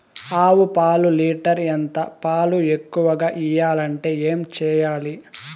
ఆవు పాలు లీటర్ ఎంత? పాలు ఎక్కువగా ఇయ్యాలంటే ఏం చేయాలి?